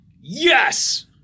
Yes